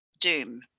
doom